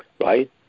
Right